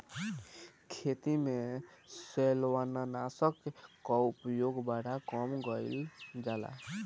खेती में शैवालनाशक कअ उपयोग बड़ा कम कइल जाला